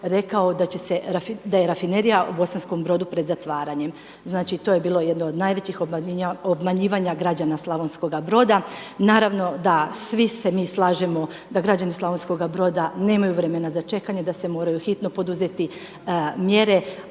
da je Rafinerija u Slavonskom Brodu pred zatvaranjem. Znači to je bilo jedno od najvećih obmanjivanja građana Slavonskoga Broda. Naravno da svi se mi slažemo da građani Slavonskoga Broda nemaju vremena za čekanje, da se moraju hitno poduzeti mjere.